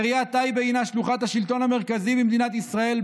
עיריית טייבה הינה שלוחת השלטון המרכזי במדינת ישראל,